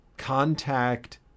Contact